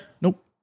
nope